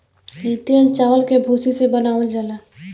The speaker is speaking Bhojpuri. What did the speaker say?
इ तेल चावल के भूसी से बनावल जाला